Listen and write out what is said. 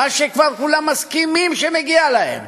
מה שכבר כולם מסכימים שמגיע להם,